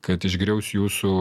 kad išgriaus jūsų